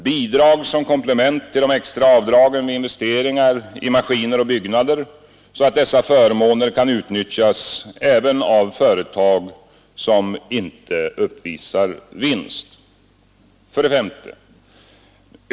Bidrag som komplement till de extra avdragen vid investeringar i maskiner och byggnader, så att dessa förmåner kan utnyttjas även av företag som inte uppvisar vinst. 5.